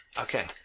Okay